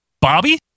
Bobby